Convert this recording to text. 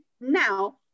now